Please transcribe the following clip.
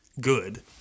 good